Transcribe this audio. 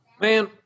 Man